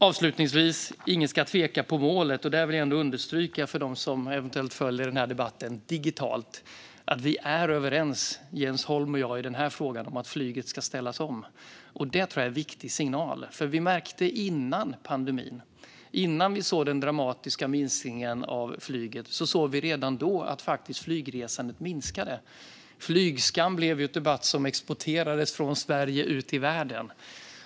Avslutningsvis: Ingen ska tvivla på målet. Och jag vill understryka för dem som eventuellt följer den här debatten digitalt att vi är överens, Jens Holm och jag, i frågan om att flyget ska ställas om. Det tror jag är en viktig signal, för vi märkte redan före pandemin, innan vi såg den dramatiska minskningen av flyget, att flygresandet faktiskt minskade. Flygskam blev ju en debatt som exporterades från Sverige ut i världen.